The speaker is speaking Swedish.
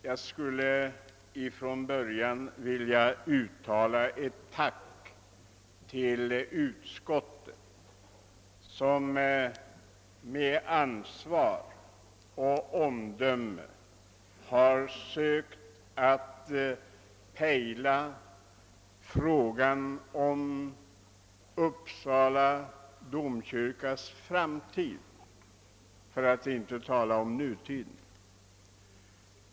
Jag skulle vilja börja med att uttala ett tack till utskottet; som med ansvar och omdöme sökt att pejla frågan om Uppsala domkyrkas framtid, för att inte tala om hur man skall göra nu.